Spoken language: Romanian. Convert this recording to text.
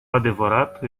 adevărat